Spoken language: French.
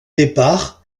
départ